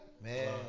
Man